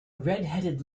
redheaded